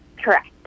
Correct